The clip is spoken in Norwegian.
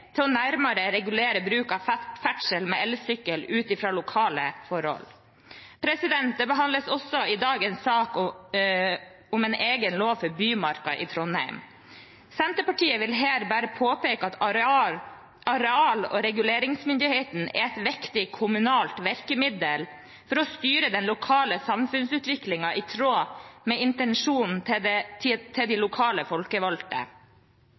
til nærmere å regulere bruk av ferdsel med elsykkel, ut fra lokale forhold. Det behandles i dag også en sak om en egen lov for Bymarka i Trondheim. Senterpartiet vil her bare påpeke at areal- og reguleringsmyndigheten er et viktig kommunalt virkemiddel for å styre den lokale samfunnsutviklingen i tråd med intensjonen til de lokale folkevalgte. Senterpartiet mener vi skal ha tillit til